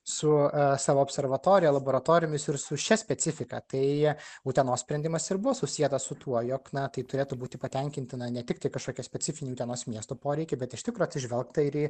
su savo observatorija laboratorijomis ir su šia specifika tai utenos sprendimas ir buvo susietas su tuo jog na tai turėtų būti patenkinti ne tik tai kažkokie specifiniai utenos miesto poreikiai bet iš tikro atsižvelgta ir į